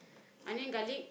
onion garlic